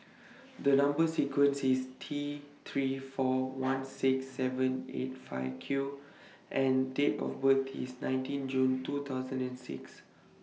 The Number sequence IS T three four one six seven eight five Q and Date of birth IS nineteen June two thousand and six